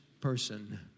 person